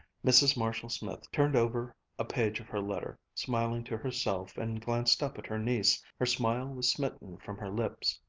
mrs. marshall-smith turned over a page of her letter, smiling to herself, and glanced up at her niece. her smile was smitten from her lips.